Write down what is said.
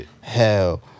hell